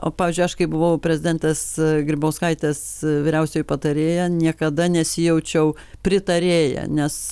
o pavyzdžiui aš kai buvau prezidentės grybauskaitės vyriausioji patarėja niekada nesijaučiau pritarėja nes